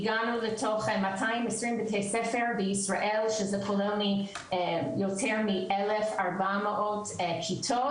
הגענו ל- 220 בתי ספר בישראל שזה יותר מ-1,400 כיתות,